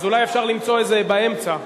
אולי אפשר למצוא משהו באמצע.